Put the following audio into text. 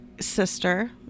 sister